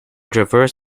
traverse